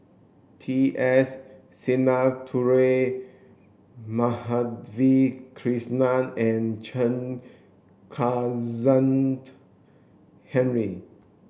T S Sinnathuray Madhavi Krishnan and Chen Kezhan Henri